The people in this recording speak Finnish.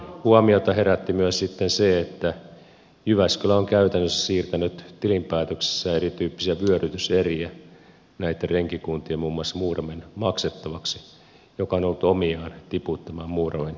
huomiota herätti myös sitten se että jyväskylä on käytännössä siirtänyt tilinpäätöksessä erityyppisiä vyörytyseriä näitten renkikuntien muun muassa muuramen maksettavaksi mikä on ollut omiaan tiputtamaan muuramen taloudellista tilannetta